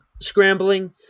scrambling